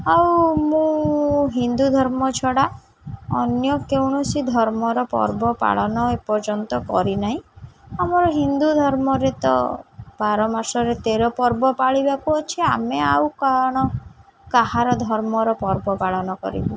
ଆଉ ମୁଁ ହିନ୍ଦୁ ଧର୍ମ ଛଡ଼ା ଅନ୍ୟ କୌଣସି ଧର୍ମର ପର୍ବ ପାଳନ ଏପର୍ଯ୍ୟନ୍ତ କରିନାହିଁ ଆମର ହିନ୍ଦୁ ଧର୍ମରେ ତ ବାର ମାସରେ ତେର ପର୍ବ ପାଳିବାକୁ ଅଛି ଆମେ ଆଉ କ'ଣ କାହାର ଧର୍ମର ପର୍ବ ପାଳନ କରିବୁ